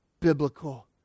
Biblical